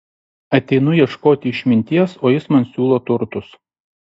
ateinu ieškoti išminties o jis man siūlo turtus